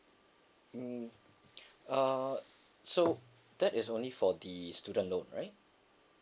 mm uh so that is only for the student loan right